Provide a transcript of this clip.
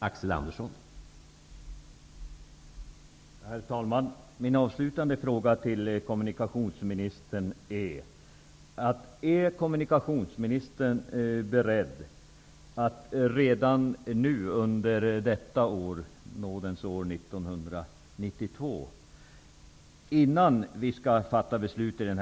Herr talman! Jag har en avslutande fråga till kommunikationsministern. Innan vi fattar beslut här i kammaren och medan frågor om infrastruktursatsningarna bereds, hinner det ju bli vår.